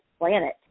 planet